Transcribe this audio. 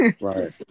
right